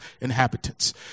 inhabitants